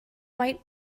might